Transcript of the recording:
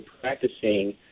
practicing